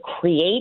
create